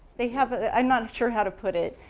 they have, i'm not sure how to put it.